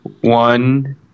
one